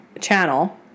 channel